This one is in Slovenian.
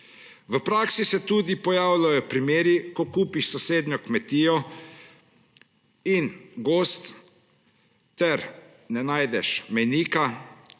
V praksi se tudi pojavljajo primeri, ko kupiš sosednjo kmetijo in gozd ter ne najdeš mejnika